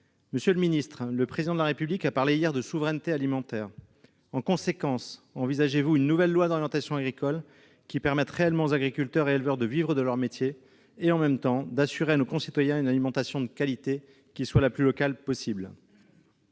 Monsieur le ministre, le Président de la République a parlé hier de souveraineté alimentaire. Par conséquent, envisagez-vous de proposer une nouvelle loi d'orientation agricole qui permette aux agriculteurs et éleveurs de réellement vivre de leur métier et en même temps d'assurer à nos concitoyens une alimentation de qualité la plus locale possible